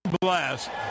blast